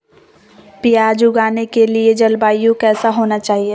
प्याज उगाने के लिए जलवायु कैसा होना चाहिए?